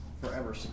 forever